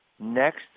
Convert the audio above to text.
next